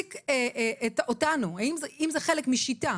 משיטה